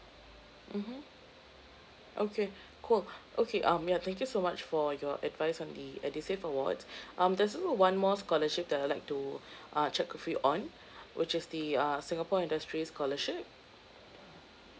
mmhmm okay cool okay um ya thank you so much for your advice on the edusave awards um there's also one more scholarship that I'd like to uh check with you on which is the uh singapore industry scholarship